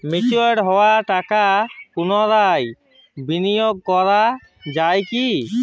Mature হওয়া টাকা পুনরায় বিনিয়োগ করা য়ায় কি?